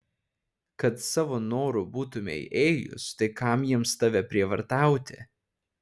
kad savo noru būtumei ėjus tai kam jiems tave prievartauti